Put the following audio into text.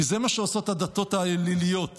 כי זה מה שעושות הדתות האליליות.